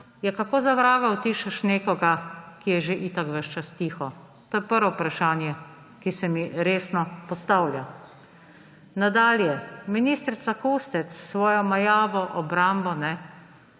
ja, kako za vraga utišaš nekoga, ki je že itak ves čas tiho. To je prvo vprašanje, ki se mi resno postavlja. Nadalje, ministrica Kustec s svojo majavo obrambo